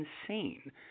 insane